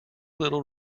little